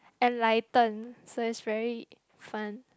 enlightened so it's very fun